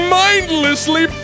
mindlessly